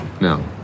No